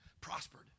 prospered